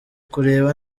kureba